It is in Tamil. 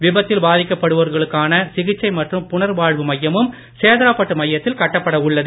விபத்தில் ஒன்று ஏற்படுத்த பாதிக்கப்படுபவர்களுக்கான சிகிச்சை மற்றும் புனர் வாழ்வு மையமும் சேதராப்பட்டு மையத்தில் கட்டப்பட உள்ளது